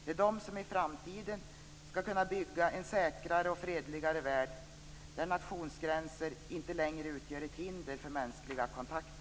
Det är de som i framtiden skall kunna bygga en säkrare och fredligare värld där nationsgränser inte längre utgör ett hinder för mänskliga kontakter.